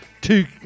two